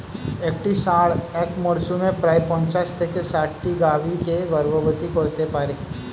একটি ষাঁড় এক মরসুমে প্রায় পঞ্চাশ থেকে ষাটটি গাভী কে গর্ভবতী করতে পারে